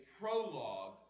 prologue